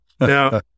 Now